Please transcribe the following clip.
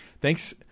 Thanks